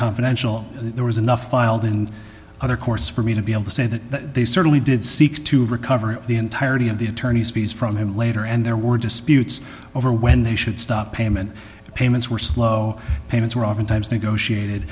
confidential there was enough filed in other course for me to be able to say that they certainly did seek to recover the entirety of the attorney's fees from him later and there were disputes over when they should stop payment payments were slow payments were oftentimes negotiated